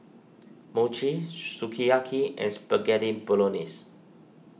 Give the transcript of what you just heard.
Mochi Sukiyaki and Spaghetti Bolognese